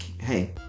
hey